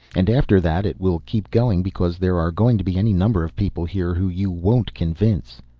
and after that it will keep going because there are going to be any number of people here who you won't convince.